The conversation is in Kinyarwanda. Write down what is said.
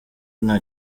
nta